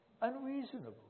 Unreasonable